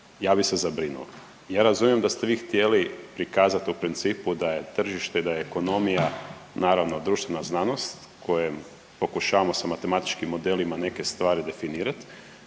ja bi se zabrinuo. Ja razumijem da ste vi htjeli prikazat u principu da je tržište i da je ekonomija naravno društvena znanost kojom pokušavamo sa matematičkim modelima neke stvari definirat,